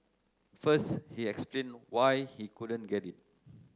first he explained why he couldn't get it